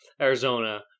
Arizona